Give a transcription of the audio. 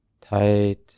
Tight